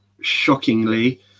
Shockingly